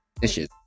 dishes